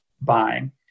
buying